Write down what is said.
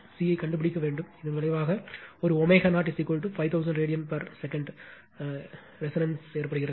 C ஐக் கண்டுபிடிக்க வேண்டும் இதன் விளைவாக ஒரு ω0 5000 ரேடியன்வினாடிக்கு ரெசோனன்ஸ் ஏற்படுகிறது